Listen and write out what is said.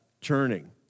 turning